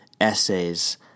essays